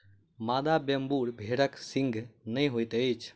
मादा वेम्बूर भेड़क सींघ नै होइत अछि